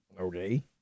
Okay